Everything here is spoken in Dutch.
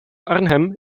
arnhem